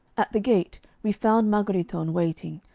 at the gate we found margheritone waiting,